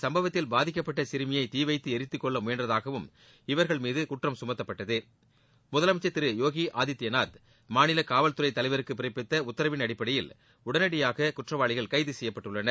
சம்பவத்தில் பாதிக்கப்பட்ட இந்த சிறுமியை தீவைத்து எரித்து கொல்ல முயன்றதாகவும் இவர்கள் மீது குற்றம் சுமத்தப்பட்டது முதலமைச்சர் திரு யோகி ஆதித்பநாத் மாநில காவல் துறை தலைவருக்கு பிறப்பித்த உத்தரவின் அடிப்படையில் உடனடியாக குற்றவாளிகள் கைது செய்யப்பட்டுள்ளனர்